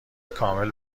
کامل